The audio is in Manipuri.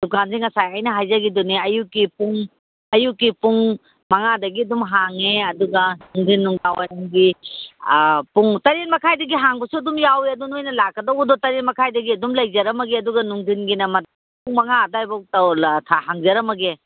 ꯗꯨꯀꯥꯟꯁꯦ ꯉꯁꯥꯏ ꯑꯩꯅ ꯍꯥꯏꯖꯒꯤꯗꯨꯅꯦ ꯑꯌꯨꯛꯀꯤ ꯄꯨꯡ ꯑꯌꯨꯛꯀꯤ ꯄꯨꯡ ꯃꯉꯥꯗꯒꯤ ꯑꯗꯨꯝ ꯍꯥꯡꯉꯦ ꯑꯗꯨꯒ ꯅꯨꯡꯗꯤꯟ ꯅꯨꯡꯗꯥꯡꯋꯥꯏꯔꯝꯒꯤ ꯄꯨꯡ ꯇꯔꯦꯠ ꯃꯈꯥꯏꯗꯒꯤ ꯍꯥꯡꯕꯁꯨ ꯑꯗꯨꯝ ꯋꯥꯎꯋꯦ ꯑꯗꯣ ꯅꯣꯏꯅ ꯂꯥꯛꯀꯗꯧꯕꯗꯣ ꯇꯔꯦꯠ ꯃꯈꯥꯏꯗꯒꯤ ꯑꯗꯨꯝ ꯂꯩꯖꯔꯝꯃꯒꯦ ꯑꯗꯨꯒ ꯅꯨꯡꯗꯤꯟꯒꯤꯅ ꯄꯨꯡ ꯃꯉꯥ ꯑꯗꯥꯏꯕꯣꯛ ꯍꯥꯡꯖꯔꯝꯃꯒꯦ